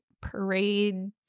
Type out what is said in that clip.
parade